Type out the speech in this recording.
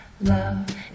love